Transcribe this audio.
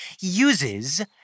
uses